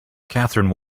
catherine